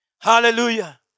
Hallelujah